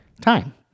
Time